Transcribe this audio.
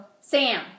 Sam